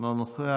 אינו נוכח.